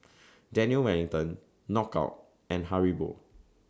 Daniel Wellington Knockout and Haribo